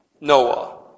Noah